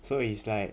so it's like